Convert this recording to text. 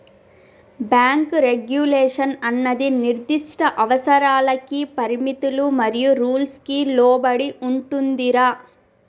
bank regulation అన్నది నిర్దిష్ట అవసరాలకి పరిమితులు మరియు రూల్స్ కి లోబడి ఉంటుందిరా